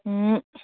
ꯎꯝ